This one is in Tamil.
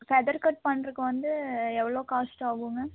ஃபெதர் கட் பண்ணுறக்கு வந்து எவ்வளோ காஸ்ட் ஆகுங்க